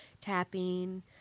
tapping